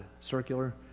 circular